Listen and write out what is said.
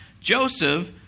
Joseph